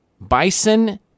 Bison